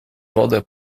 wodę